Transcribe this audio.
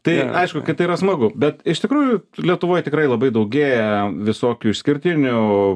tai aišku kad tai yra smagu bet iš tikrųjų lietuvoj tikrai labai daugėja visokių išskirtinių